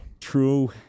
True